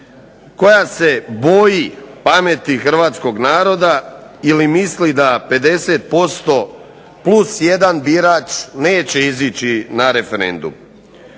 koja se boji pameti Hrvatskog naroda ili misli da 50% plus 1 birač neće izići na referendum.